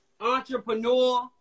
entrepreneur